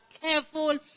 careful